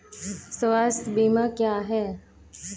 स्वास्थ्य बीमा क्या है?